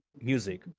music